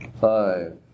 Five